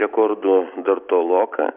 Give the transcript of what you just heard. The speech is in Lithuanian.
rekordų dar toloka